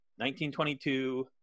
1922